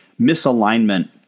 misalignment